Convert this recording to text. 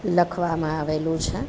લખવામાં આવેલું છે